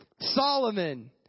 Solomon